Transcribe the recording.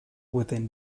within